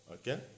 okay